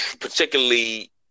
particularly